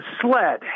sled